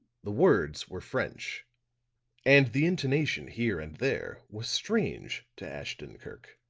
the words were french and the intonation here and there was strange to ashton-kirk.